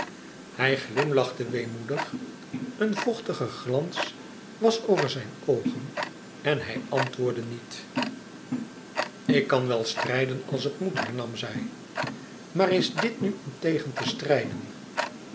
hij glimlachte weemoedig een vochtige glans was over zijne oogen en hij antwoordde niet aargang k kan wel strijden als het moet hernam zij maar is dit nu om tegen te strijden